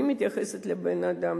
אני מתייחסת לבן-אדם,